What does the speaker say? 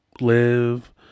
live